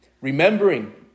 Remembering